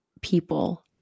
people